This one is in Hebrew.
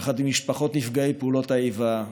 יחד עם משפחות נפגעי פעולות האיבה,